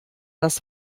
das